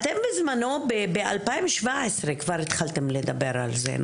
אתם בזמנו כבר ב-2017 התחלתם לדבר על זה.